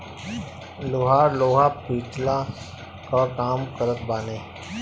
लोहार लोहा पिटला कअ काम करत बाने